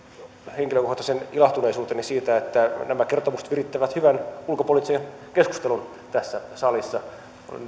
henkilökohtaisen ilahtuneisuuteni siitä että nämä kertomukset virittävät hyvän ulkopoliittisen keskustelun tässä salissa